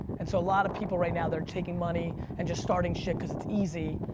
and so a lot of people right now, they're taking money and just starting shit cause it's easy,